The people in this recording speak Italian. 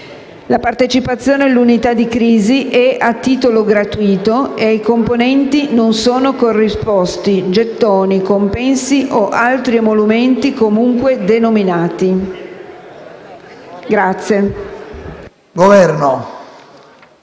"La partecipazione all'Unità dì crisi è a titolo gratuito e ai componenti non sono corrisposti gettoni, compensi o altri emolumenti comunque denominati.". Il parere